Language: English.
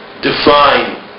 define